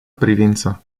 privință